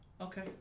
Okay